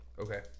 Okay